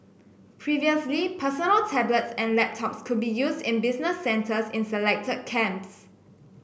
previously personal tablets and laptops could be used only in business centres in selected camps